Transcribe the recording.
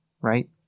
right